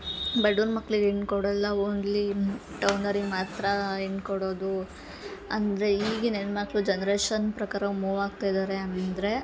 ಬಡುವ್ರ ಮಕ್ಳಿಗೆ ಹೆಣ್ಣು ಕೊಡಲ್ಲ ಓನ್ಲಿ ಟೌನರಿಗೆ ಮಾತ್ರ ಹೆಣ್ಣು ಕೊಡೋದು ಅಂದರೆ ಈಗಿನ ಹೆಣ್ಮಕ್ಳು ಜನ್ರೇಷನ್ ಪ್ರಕಾರ ಮೂವ್ ಆಗ್ತಿದಾರೆ ಅಂದರೆ